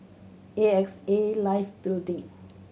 A X A Life Building